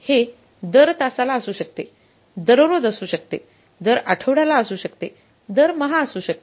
हे दर तासाला असू शकते दररोज असू शकते दर आठवड्याला असू शकते दरमहा असू शकते